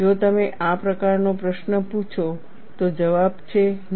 જો તમે આ પ્રકારનો પ્રશ્ન પૂછો તો જવાબ છે ના